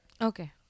Okay